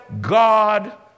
God